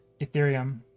Ethereum